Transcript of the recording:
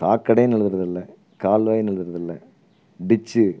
சாக்கடைன்னு எழுதுவதில்ல கால்வாய்ன்னு எழுதுறவதில்ல டிச்சு